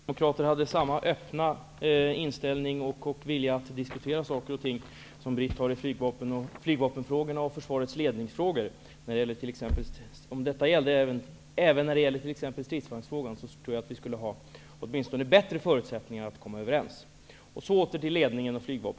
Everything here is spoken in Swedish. Herr talman! Om alla socialdemokrater hade samma öppna inställning och vilja att diskutera som Britt Bohlin har i flygvapenfrågorna och försvarets ledningsfrågor, och om detta gällde även stridsvagnsfrågan, skulle vi ha bättre förutsättningar att komma överens.